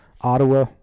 Ottawa